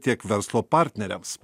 tiek verslo partneriams